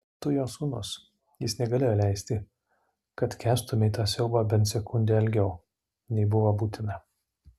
tu jo sūnus jis negalėjo leisti kad kęstumei tą siaubą bent sekundę ilgiau nei buvo būtina